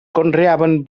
conreaven